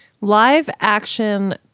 Live-action